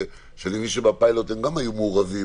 שאני מבין שבפיילוט הם גם היו מעורבים.